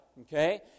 okay